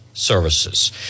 Services